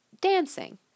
Dancing